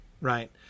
right